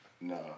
no